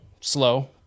slow